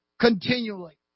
continually